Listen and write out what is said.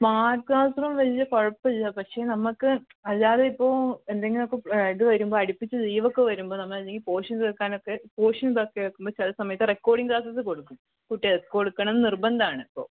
smart classroom വലിയ കുഴപ്പമില്ല പക്ഷേ നമുക്ക് അല്ലാതെ ഇപ്പോൾ എന്തെങ്കിലുമൊക്കെ ഇത് വരുമ്പോൾ അടുപ്പിച്ച് ലീവ് ഒക്കെ വരുമ്പോൾ നമ്മൾ അല്ലെങ്കിൽ പോർഷന് തീര്ക്കാനൊക്കെ പോർഷൻസ് ഒക്കെ ആക്കുമ്പം ചില സമയത്ത് റെക്കോർഡിങ്ങ് ക്ലാസ്സസ് കൊടുക്കും കുട്ടികൾക്ക് കൊടുക്കണമെന്ന് നിര്ബന്ധമാണ് ഇപ്പോൾ